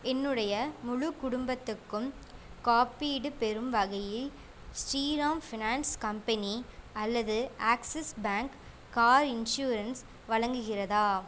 என்னுடைய முழு குடும்பத்துக்கும் காப்பீடுப் பெறும் வகையில் ஸ்ரீராம் ஃபினான்ஸ் கம்பெனி அல்லது ஆக்ஸிஸ் பேங்க் கார் இன்ஷுரன்ஸ் வழங்குகிறதா